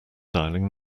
dialling